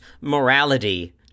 morality